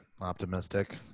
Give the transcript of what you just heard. optimistic